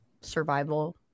survival